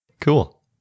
Cool